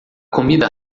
comida